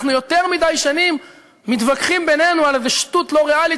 אנחנו יותר מדי שנים מתווכחים בינינו על איזה שטות לא ריאלית,